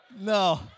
No